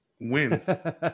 Win